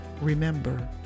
remember